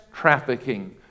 trafficking